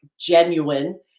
genuine